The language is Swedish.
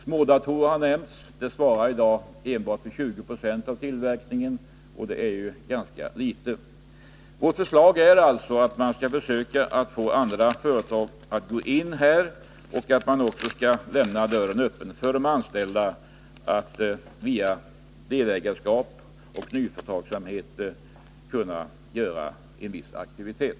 Smådatorer har nämnts, men de svarar i dag för enbart 2096 av tillverkningen — och det är ganska litet. Vårt förslag går alltså ut på att man skall försöka få andra företag att gå in och att man skall lämna dörren öppen för de anställda att via delägarskap och nyföretagsamhet svara för en viss aktivitet.